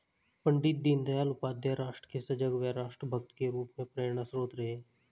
पण्डित दीनदयाल उपाध्याय राष्ट्र के सजग व राष्ट्र भक्त के रूप में प्रेरणास्त्रोत रहे हैं